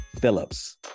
Phillips